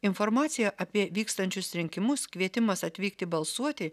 informacija apie vykstančius rinkimus kvietimas atvykti balsuoti